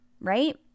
right